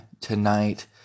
tonight